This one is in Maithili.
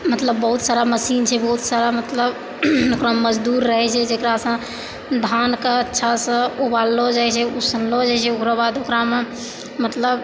मतलब बहुत सारा मशीन छै बहुत सारा मतलब ओकरामे मजदूर रहै छै जकरासँ धानके अच्छासँ उबाललो जाइ छै उसनलो जाइ छै ओकरा बाद ओकरामे मतलब